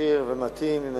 כשיר ומתאים, עם